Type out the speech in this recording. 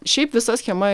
šiaip visa schema